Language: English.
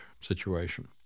situation